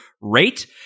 rate